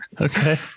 Okay